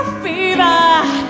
fever